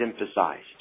emphasized